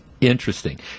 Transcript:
interesting